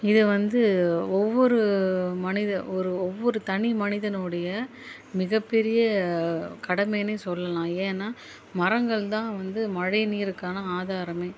இது வந்து ஒவ்வொரு மனித ஒரு ஒவ்வொரு தனி மனிதனுடைய மிகபெரிய கடமைன்னே சொல்லலாம் ஏன்னா மரங்கள் தான் வந்து மழை நீருக்கான ஆதாரமே